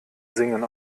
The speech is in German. singen